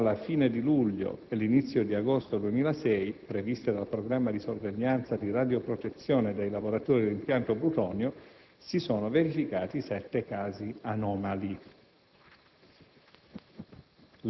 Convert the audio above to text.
effettuate tra la fine di luglio e l'inizio di agosto 2006, previste dal programma di sorveglianza di radioprotezione dei lavoratori dell'impianto Plutonio, si sono verificati sette casi anomali.